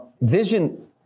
vision